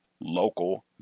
local